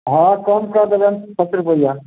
हँ कम कऽ देबनि दस रुपैआ